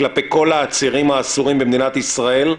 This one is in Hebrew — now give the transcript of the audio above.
כלפי כל העצירים האסורים במדינת ישראל,